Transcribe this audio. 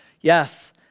Yes